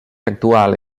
actual